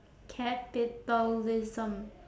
capitalism